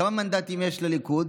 כמה מנדטים יש לליכוד?